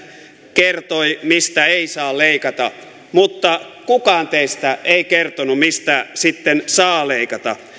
kertoi mistä ei saa leikata mutta kukaan teistä ei kertonut mistä sitten saa leikata